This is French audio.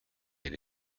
elle